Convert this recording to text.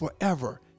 forever